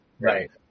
right